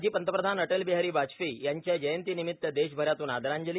माजी पंतप्रधान अटलबिहारी वाजपेयी यांच्या जयंतीनिमित देशभरातून आदरांजली